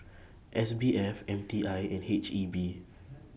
S B F M T I and H E B